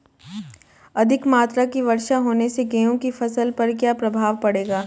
अधिक मात्रा की वर्षा होने से गेहूँ की फसल पर क्या प्रभाव पड़ेगा?